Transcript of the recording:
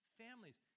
families